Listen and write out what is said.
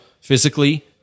physically –